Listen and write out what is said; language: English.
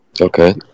Okay